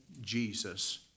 Jesus